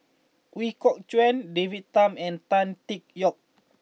Ooi Kok Chuen David Tham and Tan Tee Yoke